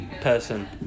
person